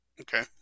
okay